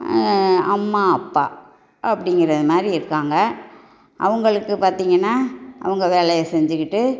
அம்மா அப்பா அப்படிங்கற மாதிரி இருக்காங்க அவங்களுக்கு பார்த்தீங்கன்னா அவங்க வேலையை செஞ்சுக்கிட்டு